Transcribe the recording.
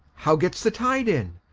how gets the tide in?